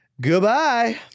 goodbye